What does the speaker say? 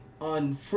on